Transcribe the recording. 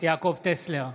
יעקב טסלר,